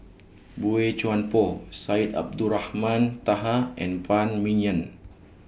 Boey Chuan Poh Syed Abdulrahman Taha and Phan Ming Yen